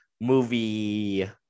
movie